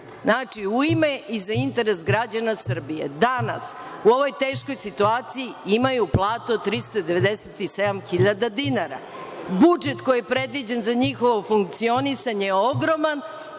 znači, u ume i za interes građana Srbije danas u ovoj teškoj situaciji imaju platu od 397.000 dinara. Budžet koji je predviđen za njihovo funkcionisanje je ogroman,